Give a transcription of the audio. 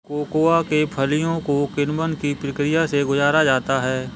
cocoa के फलियों को किण्वन की प्रक्रिया से गुजारा जाता है